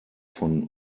von